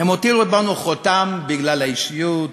הם הותירו בנו חותם בגלל האישיות,